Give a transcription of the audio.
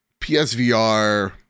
PSVR